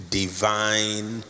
divine